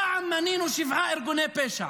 פעם מנינו שבעה ארגוני פשע,